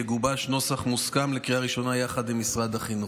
יגובש נוסח מוסכם לקריאה ראשונה יחד עם משרד החינוך,